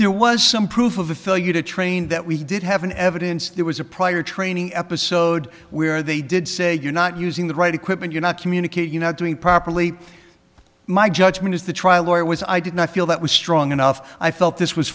there was some proof of a failure to train that we did have an evidence there was a prior training episode where they did say you're not using the right equipment you're not communicate you know doing it properly my judgment is the trial lawyer was i did not feel that was strong enough i felt this was